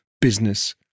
business